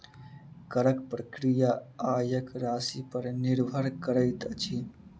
करक प्रक्रिया आयक राशिपर निर्भर करैत अछि